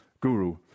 guru